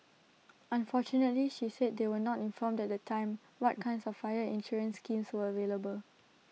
unfortunately she said they were not informed at the time what kinds of fire insurance schemes were available